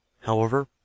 However